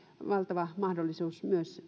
valtava mahdollisuus myös